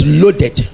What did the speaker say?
loaded